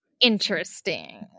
interesting